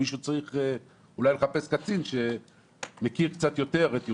מישהו צריך אולי לחפש קצין שמכיר קצת יותר את ירושלים.